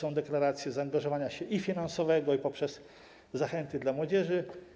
Bo są deklaracje zaangażowania się i finansowego, i poprzez zachęty dla młodzieży.